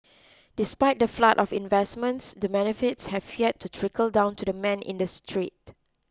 despite the flood of investments the benefits have yet to trickle down to the man in the street